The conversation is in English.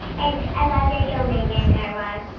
and i love your show, mindy and guy raz